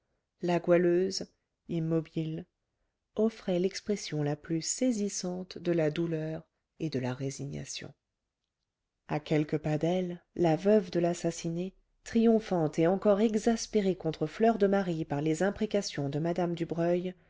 la goualeuse immobile offrait l'expression la plus saisissante de la douleur et de la résignation à quelques pas d'elle la veuve de l'assassiné triomphante et encore exaspérée contre fleur de marie par les imprécations de mme dubreuil